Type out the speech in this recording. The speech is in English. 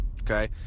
Okay